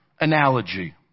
analogy